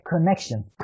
connection